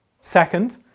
Second